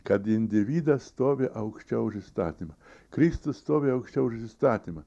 kad individas stovi aukščiau už įstatymą kristus stovi aukščiau už įstatymą